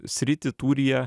sritį tūryje